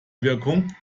wirkung